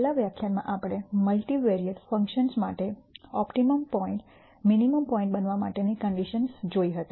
છેલ્લા વ્યાખ્યાનમાં આપણે મલ્ટિવેરિયેટ ફંક્શન્સ માટે ઓપ્ટિમમ પોઇન્ટ મિનિમમ પોઇન્ટ બનવા માટેની કન્ડિશન્સ જોઈ હતી